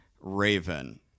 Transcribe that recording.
Raven